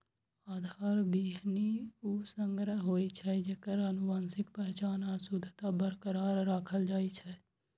आधार बीहनि ऊ संग्रह होइ छै, जेकर आनुवंशिक पहचान आ शुद्धता बरकरार राखल जाइ छै